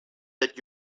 that